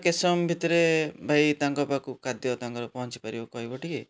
ତ କେତେ ସମୟ ଭିତରେ ଭାଇ ତାଙ୍କ ପାଖକୁ ଖାଦ୍ୟ ତାଙ୍କର ପହଞ୍ଚିପାରିବ କହିବ ଟିକେ